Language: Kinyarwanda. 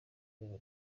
nimwe